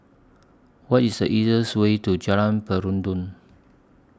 What IS The easiest Way to Jalan Peradun